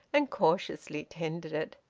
and cautiously tended it.